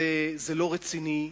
זה לא רציני.